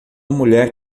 mulher